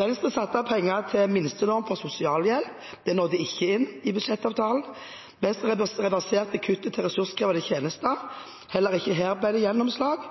Venstre satte av penger til minstenorm for sosialhjelp. Det nådde ikke inn i budsjettavtalen. Venstre reverserte kuttet til ressurskrevende tjenester, heller ikke her ble det gjennomslag.